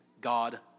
God